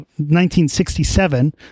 1967